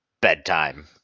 bedtime